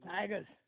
Tigers